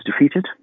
defeated